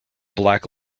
black